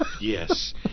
yes